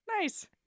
Nice